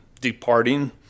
departing